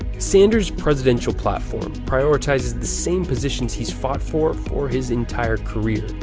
sanders' presidential platform prioritizes the same positions he's fought for for his entire career.